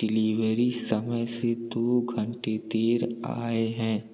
delivery समय से दो घंटे देर आए हैं